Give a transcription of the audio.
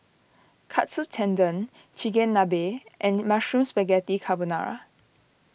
Katsu Tendon Chigenabe and Mushroom Spaghetti Carbonara